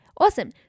Awesome